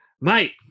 mate